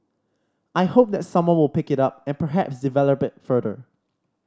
I hope that someone will pick it up and perhaps develop it further